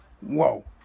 whoa